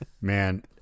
Man